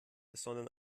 sondern